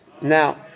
Now